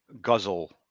guzzle